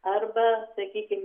arba sakykim